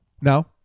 No